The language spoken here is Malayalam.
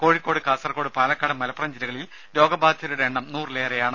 കോഴിക്കോട് കാസർകോട് പാലക്കാട് മലപ്പുറം ജില്ലകളിൽ രോഗബാധിതരുടെ എണ്ണം നൂറിലേറെയാണ്